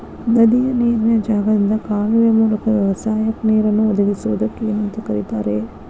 ನದಿಯ ನೇರಿನ ಜಾಗದಿಂದ ಕಾಲುವೆಯ ಮೂಲಕ ವ್ಯವಸಾಯಕ್ಕ ನೇರನ್ನು ಒದಗಿಸುವುದಕ್ಕ ಏನಂತ ಕರಿತಾರೇ?